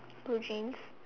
blue jeans